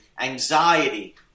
anxiety